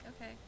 okay